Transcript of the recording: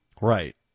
Right